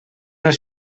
els